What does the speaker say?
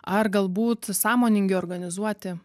ar galbūt sąmoningi organizuoti